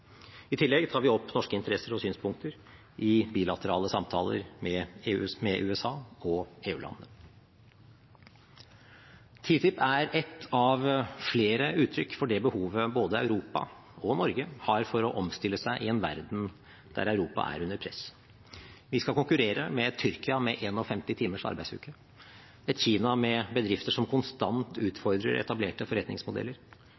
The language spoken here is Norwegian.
I tillegg tar vi opp norske interesser og synspunkter i bilaterale samtaler med USA og EU-landene. TTIP er et av flere uttrykk for det behovet både Europa og Norge har for å omstille seg i en verden der Europa er under press. Vi skal konkurrere med et Tyrkia med 51 timers arbeidsuke, et Kina med bedrifter som konstant